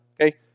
Okay